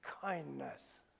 kindness